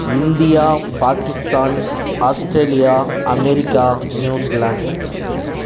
India Pakistan Australia America New Zealand